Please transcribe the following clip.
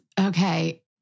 Okay